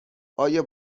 آیا